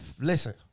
listen